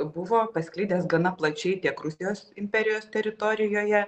buvo pasklidęs gana plačiai tiek rusijos imperijos teritorijoje